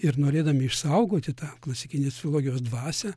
ir norėdami išsaugoti tą klasikinės filologijos dvasią